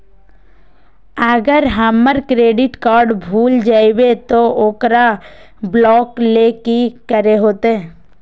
अगर हमर credit card भूल जइबे तो ओकरा ब्लॉक लें कि करे होते?